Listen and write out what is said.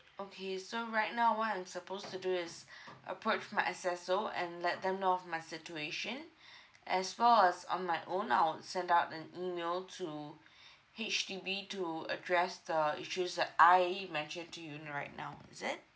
okay so right now what I'm supposed to do is approach my S_S_O and let them know of my situation as well as on my own I would send out an email to H_D_B to address the issues that I mentioned to you right now is it